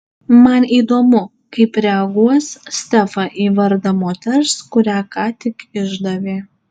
man įdomu kaip reaguos stefa į vardą moters kurią ką tik išdavė